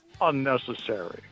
unnecessary